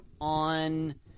on